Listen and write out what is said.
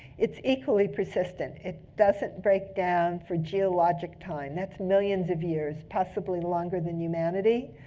it's equally persistent. it doesn't break down for geologic time. that's millions of years, possibly longer than humanity.